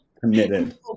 Committed